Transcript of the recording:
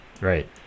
Right